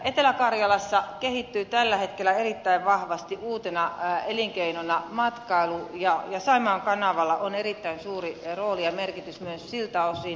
etelä karjalassa kehittyy tällä hetkellä erittäin vahvasti uutena elinkeinona matkailu ja saimaan kanavalla on erittäin suuri rooli ja merkitys myös siltä osin